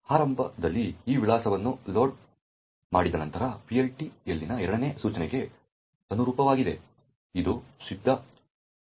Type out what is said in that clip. ಆರಂಭದಲ್ಲಿ ಈ ವಿಳಾಸವನ್ನು ಲೋಡ್ ಮಾಡಿದ ನಂತರ PLT ಯಲ್ಲಿನ ಎರಡನೇ ಸೂಚನೆಗೆ ಅನುರೂಪವಾಗಿದೆ ಇದು ಸಿದ್ಧ ಪರಿಹಾರಕವಾಗಿದೆ